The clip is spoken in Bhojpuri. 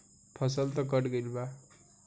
फसल तऽ कट गइल बा